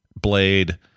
blade